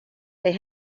they